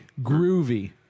groovy